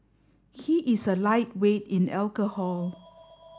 he is a lightweight in alcohol